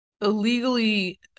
illegally